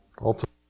Ultimately